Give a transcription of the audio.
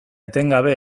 etengabe